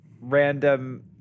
random